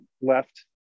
left